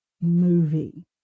Movie